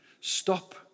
Stop